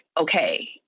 okay